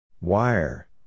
Wire